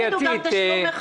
התייעצות סיעתית.